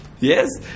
Yes